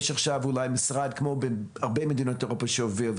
אולי יש עכשיו משרד כמו בהרבה מדינות אירופה שיוביל את זה.